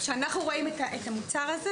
איך שאנחנו רואים את המוצר הזה,